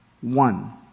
one